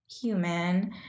human